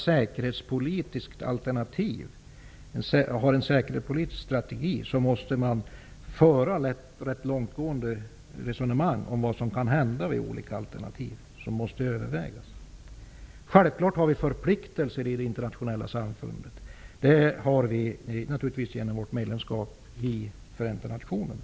Självfallet måste man när man utformar en säkerhetspolitisk strategi föra rätt långtgående resonemang om vad som kan hända vid de olika alternativ som övervägs. Självfallet har vi förpliktelser i det internationella samfundet; det har vi genom vårt medlemskap i Förenta nationerna.